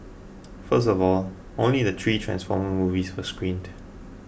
first of all only the three Transformer movies were screened